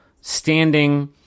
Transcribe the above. standing